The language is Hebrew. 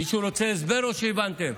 מישהו רוצה הסבר, או שהבנתם?